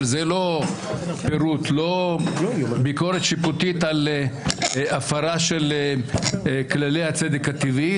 אבל זה לא ביקורת שיפוטית על הפרה של כללי הצדק הטבעי,